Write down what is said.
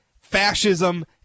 fascism